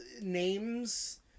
Names